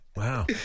Wow